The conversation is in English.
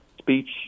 speech